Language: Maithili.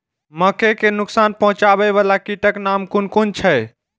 मके के नुकसान पहुँचावे वाला कीटक नाम कुन कुन छै?